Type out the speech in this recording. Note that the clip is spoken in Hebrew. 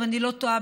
אם אני לא טועה,